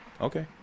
okay